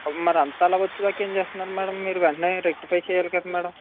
మరి అంతల వచ్చేదాకా ఏమి చేస్తున్నారు మ్యాడం మీరు వెంటనే రెక్టిఫై చేయాలి కదా మ్యాడం